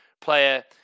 player